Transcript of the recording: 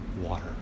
water